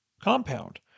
compound